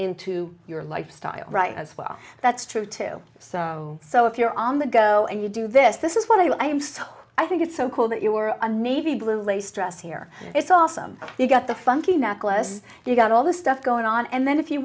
into your lifestyle right as well that's true too so if you're on the go and you do this this is what i am so i think it's so cool that you are a navy blue lace dress here it's awesome you got the funky knack less you got all this stuff going on and then if you